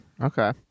Okay